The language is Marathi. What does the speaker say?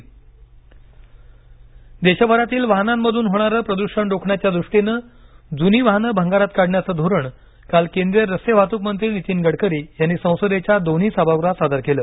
जुनी वाहने धोरण देशभरातील वाहनांमध्रन होणारं प्रदूषण रोखण्याच्या दृष्टीनं जूनी वाहनं भंगारात काढण्याचं धोरण काल केंद्रीय रस्ते वाहतूक मंत्री नितीन गडकरी यांनी संसदेच्या दोन्ही सभागृहात सादर केलं